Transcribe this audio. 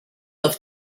auf